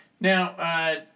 Now